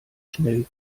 schnell